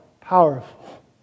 powerful